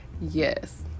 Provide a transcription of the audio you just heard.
Yes